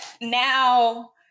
now